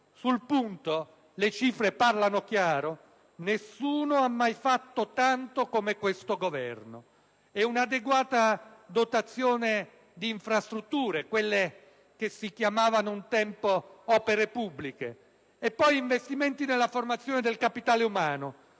(sul punto le cifre parlano chiaro: nessuno ha mai fatto tanto come questo Governo), un'adeguata dotazione di infrastrutture (quelle che si chiamavano un tempo opere pubbliche), e investimenti nella formazione del capitale umano,